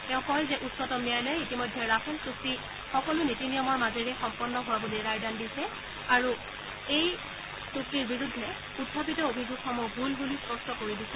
তেওঁ কয় যে উচ্চতম ন্যায়ালয়ে ইতিমধ্যে ৰাফেল চুক্তি সকলো নীতি নিয়মৰ মাজেৰে সম্পন্ন হোৱা বুলি ৰায়দান কৰিছে আৰু এই চুক্তিৰ বিৰুদ্ধে উখাপিত অভিযোগসমূহ ভুল বুলি স্পষ্ট কৰি দিছে